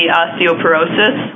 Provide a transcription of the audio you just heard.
osteoporosis